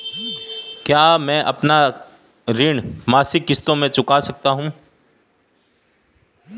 क्या मैं अपना ऋण मासिक किश्तों में चुका सकता हूँ?